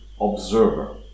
observer